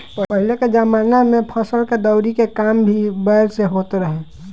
पहिले के जमाना में फसल के दवरी के काम भी बैल से होत रहे